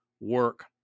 work